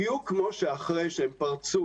כמו הפעילות שבה הם פרצו